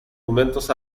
momentos